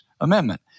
Amendment